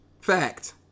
fact